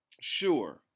Sure